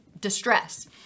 distress